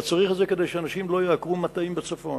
אתה צריך את זה כדי שאנשים לא יעקרו מטעים בצפון.